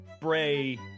Bray